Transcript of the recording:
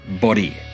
Body